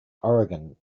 oregon